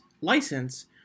license